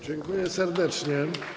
Dziękuję serdecznie.